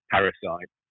Parasite